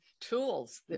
Tools